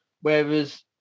Whereas